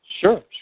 sure